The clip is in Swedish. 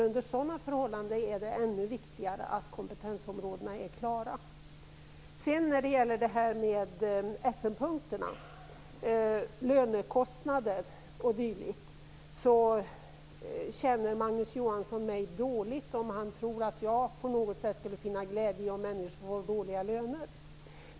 Under sådana förhållanden är det ännu viktigare att kompetensområdena är klara. När det sedan gäller Essenpunkterna, om lönekostnader o.d., känner Magnus Johansson mig dåligt, om han tror att jag på något sätt skulle finna glädje i att människor har dåliga löner.